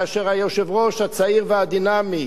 כאשר היושב-ראש הצעיר והדינמי